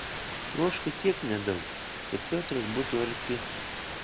troško tiek nedaug kad piotras būtų arti